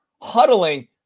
huddling